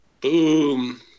boom